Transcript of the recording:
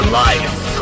life